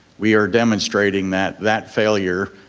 we are demonstrating that that failure,